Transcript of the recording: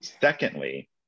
Secondly